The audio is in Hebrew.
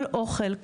כל אוכל,